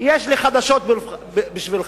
יש לי חדשות בשבילך: